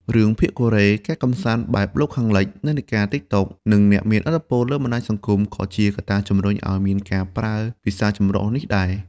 រឿងភាគកូរ៉េ ការកម្សាន្តបែបលោកខាងលិច និន្នាការ TikTok និងអ្នកមានឥទ្ធិពលលើបណ្ដាញសង្គមក៏ជាកត្តាជម្រុញឱ្យមានការប្រើភាសាចម្រុះនេះដែរ។